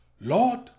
Lord